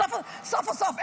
בסוף בסוף,